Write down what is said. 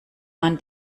man